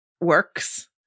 works